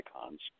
icons